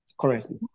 currently